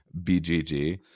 BGG